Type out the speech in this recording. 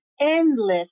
endless